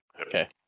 Okay